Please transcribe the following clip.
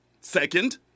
Second